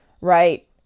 right